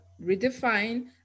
redefine